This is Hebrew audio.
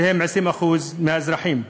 שהם 20% מהאזרחים.